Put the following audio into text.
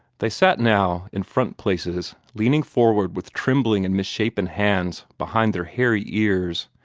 they sat now in front places, leaning forward with trembling and misshapen hands behind their hairy ears,